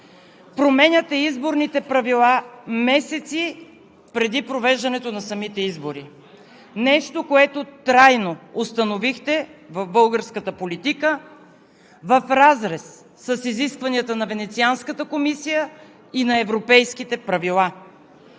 Променяте изборните правила месеци преди провеждането на самите избори – нещо, което трайно установихте в българската политика, в разрез с изискванията на Венецианската комисия и на европейските правила.